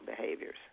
behaviors